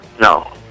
no